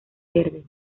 verdes